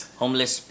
homeless